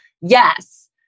Yes